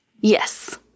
Yes